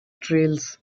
trails